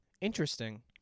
Interesting